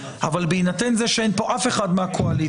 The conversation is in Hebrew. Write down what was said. אבל בהינתן זה שאין פה אף אחד מהקואליציה,